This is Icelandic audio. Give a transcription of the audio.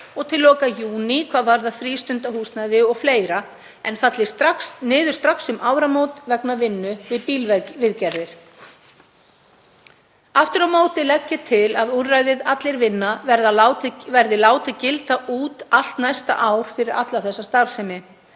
og til loka júní hvað varðar frístundahúsnæði og fleira, en falli niður strax um áramót vegna vinnu við bílaviðgerðir. Aftur á móti legg ég til að úrræðið Allir vinna verði látið gilda út allt næsta ár fyrir alla þessa starfsemi,